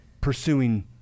pursuing